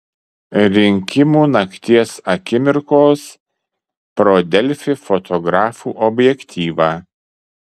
rinkimų nakties akimirkos pro delfi fotografų objektyvą